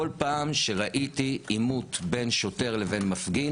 בכל פעם שראיתי עימות בין שוטר לבין מפגין,